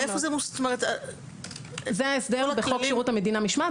ואיפה זה --- זה ההסדר בחוק שירות המדינה (משמעת),